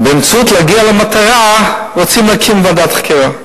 וכדי להגיע למטרה הם רוצים להקים ועדת חקירה.